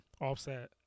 Offset